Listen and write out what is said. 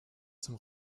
zum